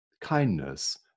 kindness